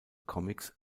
comics